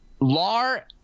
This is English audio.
Lar –